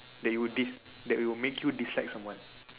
that you will dis~ that will make you dislike someone